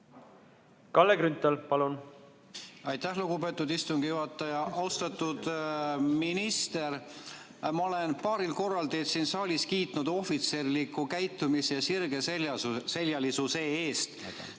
Kalle Grünthal, palun! Aitäh, lugupeetud istungi juhataja! Austatud minister! Ma olen paaril korral teid siin saalis kiitnud ohvitserliku käitumise ja sirgeseljalisuse eest.